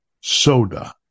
soda